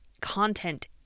content